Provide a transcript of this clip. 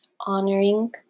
honoring